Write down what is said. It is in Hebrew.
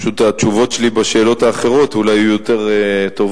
פשוט התשובות שלי בשאלות האחרות אולי יהיו יותר טובות,